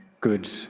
good